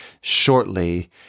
shortly